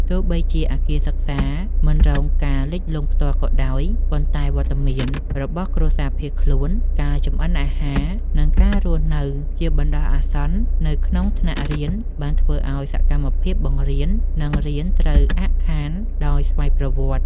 ទោះបីជាអគារសិក្សាមិនរងការលិចលង់ផ្ទាល់ក៏ដោយ ប៉ុន្តែវត្តមានរបស់គ្រួសារភៀសខ្លួន ការចម្អិនអាហារ និងការរស់នៅជាបណ្តោះអាសន្ននៅក្នុងថ្នាក់រៀន បានធ្វើឱ្យសកម្មភាពបង្រៀន និងរៀនត្រូវអាក់ខានដោយស្វ័យប្រវត្តិ។